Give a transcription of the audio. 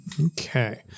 Okay